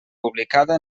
publicada